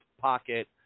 pocket